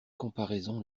comparaison